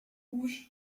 rouges